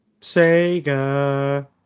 Sega